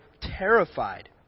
terrified